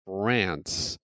France